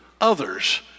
others